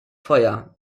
feuer